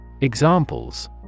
Examples